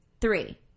Three